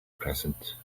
present